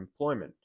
employment